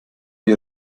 die